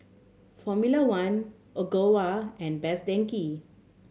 Formula One Ogawa and Best Denki